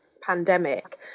pandemic